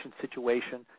situation